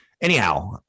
anyhow